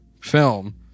film